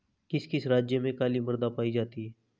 किस किस राज्य में काली मृदा पाई जाती है?